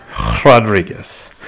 Rodriguez